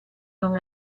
non